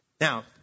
Now